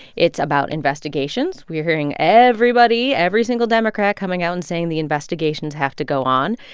it's about investigations. we are hearing everybody, every single democrat, coming out and saying the investigations have to go on.